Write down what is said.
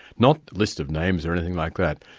not lists of names or anything like that,